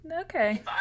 okay